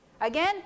Again